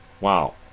Wow